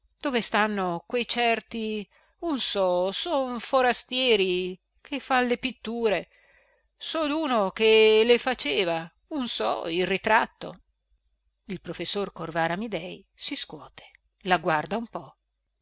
dove stanno que certi un so son forastieri che fan le pitture so duno che le faceva un so il ritratto il professor corvara amidei si scuote la guarda un po